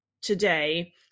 today